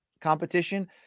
competition